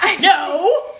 No